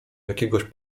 jakiegoś